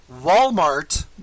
Walmart